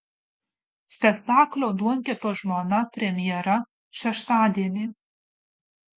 spektaklio duonkepio žmona premjera šeštadienį